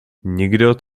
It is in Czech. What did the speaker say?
nikdo